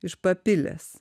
iš papilės